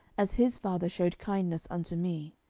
as his father shewed kindness unto me.